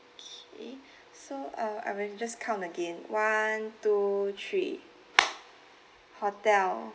okay so uh I will just count again one two three hotel